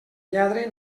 lladre